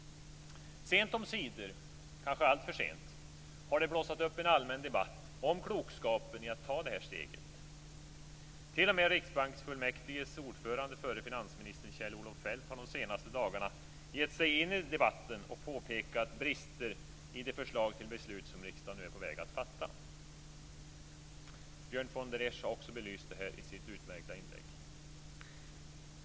Sent omsider, kanske alltför sent, har det blossat upp en allmän debatt om klokskapen i att ta det här steget. Till och med riksbanksfullmäktiges ordförande, förre finansministern Kjell-Olof Feldt, har de senaste dagarna gett sig in i debatten och påpekat brister i det förslag till beslut som riksdagen nu är på väg att fatta. Björn von der Esch har också belyst det här i sitt utmärkta inlägg.